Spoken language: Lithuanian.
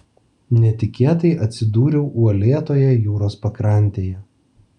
netikėtai atsidūriau uolėtoje jūros pakrantėje